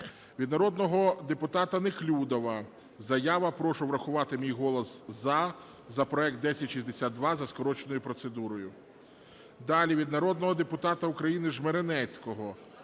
Від народного депутата Неклюдова заява. Прошу врахувати мій голос "за" за проект 1062 за скороченою процедурою. Далі. Від народного депутата України Жмеренецького.